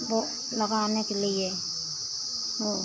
बो लगाने के लिए हो